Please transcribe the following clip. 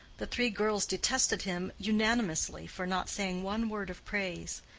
the three girls detested him unanimously for not saying one word of praise.